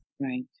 Right